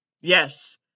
Yes